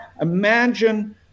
imagine